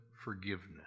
forgiveness